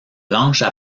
blanches